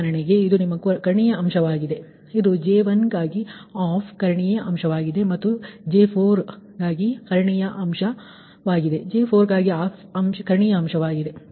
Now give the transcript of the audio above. ಉದಾಹರಣೆಗೆ ಇದು ನಿಮ್ಮ ಕರ್ಣೀಯ ಅಂಶವಾಗಿದೆ ಇದು J1 ಗಾಗಿ ಆಫ್ ಕರ್ಣೀಯ ಅಂಶವಾಗಿದೆ ಮತ್ತು ಇದು J4 ಗಾಗಿ ಕರ್ಣೀಯ ಅಂಶವಾಗಿದೆJ4 ಗಾಗಿ ಆಫ್ ಕರ್ಣೀಯ ಅಂಶವಾಗಿದೆ